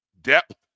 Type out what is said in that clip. Depth